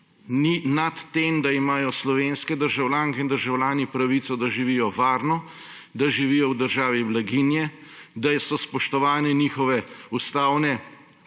ni nad tem, da imajo slovenske državljanke in državljani pravico, da živijo varno, da živijo v državi blaginje, da so spoštovane njihove ustavne